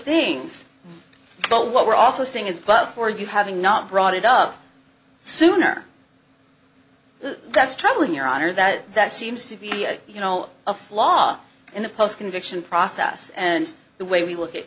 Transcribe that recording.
things but what we're also seeing is for you having not brought it up sooner that that's troubling your honor that that seems to be you know a flaw in the post conviction process and the way we look at